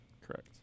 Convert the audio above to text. Correct